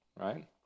right